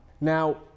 Now